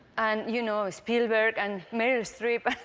and you know spielberg, and meryl streep,